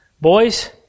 Boys